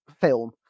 film